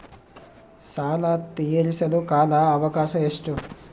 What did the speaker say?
ಸಾಲ ತೇರಿಸಲು ಕಾಲ ಅವಕಾಶ ಎಷ್ಟು?